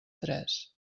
tres